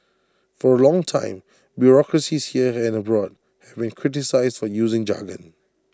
for A long time bureaucracies here and abroad have been criticised for using jargon